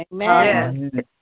Amen